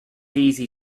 easy